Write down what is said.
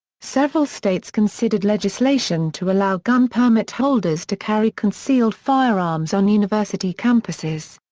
several states considered legislation to allow gun permit holders to carry concealed firearms on university campuses.